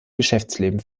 geschäftsleben